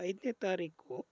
ಐದನೇ ತಾರೀಕು